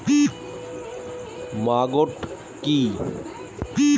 Maggot কি?